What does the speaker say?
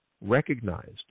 recognized